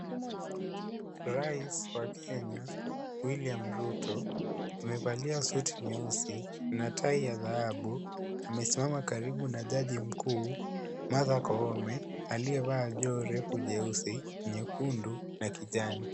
Rais wa Kenya William Ruto amevalia suti nyeusi na tai ya dhahabu. Amesimama karibu na jaji mkuu Martha Koome aliyevaa joho refu jeusi, nyekundu na kijani.